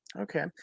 Okay